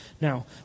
now